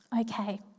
Okay